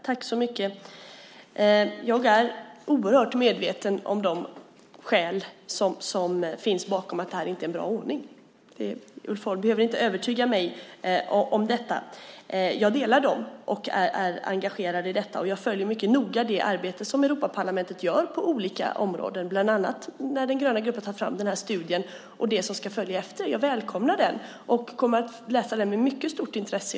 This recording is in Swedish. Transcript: Fru talman! Jag är oerhört medveten om de skäl som finns bakom att det inte är en bra ordning. Ulf Holm behöver inte övertyga mig om detta. Jag delar den uppfattningen och är engagerad i detta. Jag följer mycket noga det arbete som Europaparlamentet gör på olika områden. Det gäller bland annat den studie som den gröna gruppen har tagit fram och den som ska följa efter. Jag välkomnar den. Jag kommer att läsa den med mycket stort intresse.